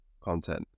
content